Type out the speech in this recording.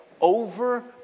over